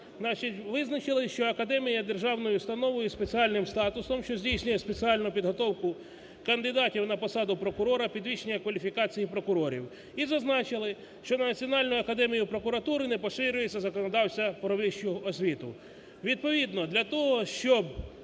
визначили, що академія є державною установою і спеціальним статусом, що здійснює спеціальну підготовку кандидатів на посаду прокурора, підвищення кваліфікації прокурорів і зазначили, що Національною академією прокуратури не поширюється законодавство про вищу освіту. Відповідно для того, щоб